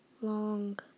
long